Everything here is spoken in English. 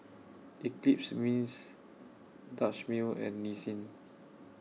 Eclipse Mints Dutch Mill and Nissin